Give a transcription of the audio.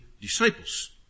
disciples